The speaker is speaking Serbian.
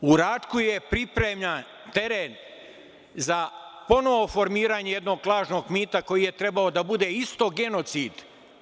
U Račku je pripreman teren za ponovo formiranje jednog lažnog mita koji je trebao da bude isto genocid.